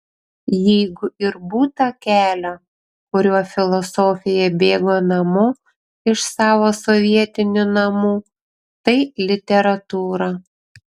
jeigu ir būta kelio kuriuo filosofija bėgo namo iš savo sovietinių namų tai literatūra